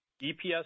EPS